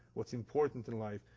what's important in life.